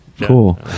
cool